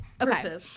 Okay